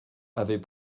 avait